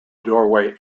doorway